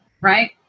right